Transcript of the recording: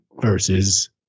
versus